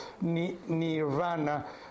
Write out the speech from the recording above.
nirvana